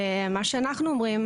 מה שאנחנו אומרים,